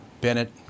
Bennett